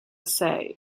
say